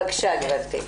בבקשה, גברתי.